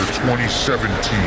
2017